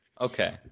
Okay